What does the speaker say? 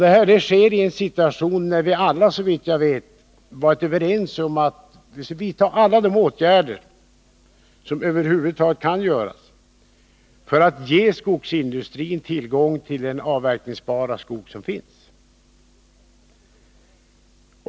Detta sker då i en situation när, såvitt jag vet, vi alla är överens om att alla tänkbara åtgärder måste vidtas för att ge skogsindustrin tillgång till den avverkningsbara skog som finns.